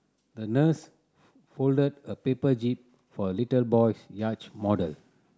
the nurse folded a paper jib for a little boy's yacht model